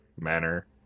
manner